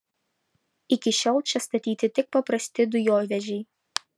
iki šiol čia statyti tik paprasti dujovežiai